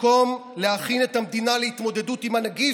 במקום להכין את המדינה להתמודדות עם הנגיף,